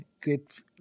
great